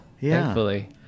thankfully